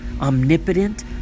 omnipotent